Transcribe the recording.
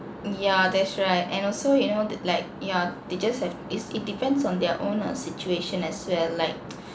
mm yeah that's right and also you know like yeah they just have is it depends on their own uh situation as well like